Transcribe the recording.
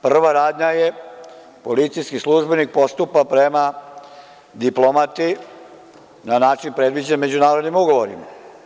Prva radnja je policijski službeni postupak prema diplomati na način predviđen međunarodnim ugovorima.